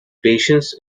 patience